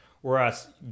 Whereas